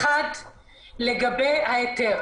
לגבי ההיתר